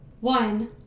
One